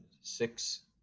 six